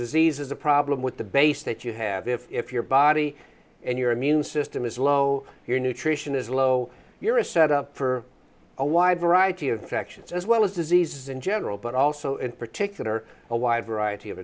disease is a problem with the base that you have if your body and your immune system is low your nutrition is low you're a set up for a wide variety of factions as well as diseases in general but also in particular a wide variety of